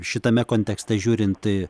šitame kontekste žiūrint į